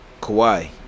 Kawhi